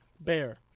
bear